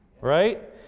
right